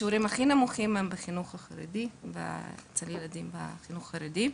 השיעורים הנמוכים ביותר הם בקרב ילדים מהחברה החרדית.